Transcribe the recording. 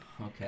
Okay